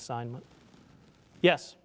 assignment yes